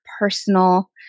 personal